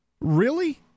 Really